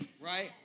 right